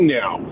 now